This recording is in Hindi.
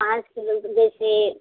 जैसे